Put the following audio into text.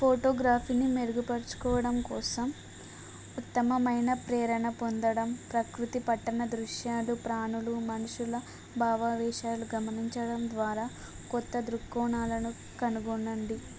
ఫోటోగ్రఫీని మెరుగుపరుచుకోవడం కోసం ఉత్తమమైన ప్రేరణ పొందడం ప్రకృతి పట్టణ దృశ్యాలు ప్రాణులు మనుషుల భావావేశాలు గమనించడం ద్వారా కొత్త దృక్కోణాలను కనుగొనండి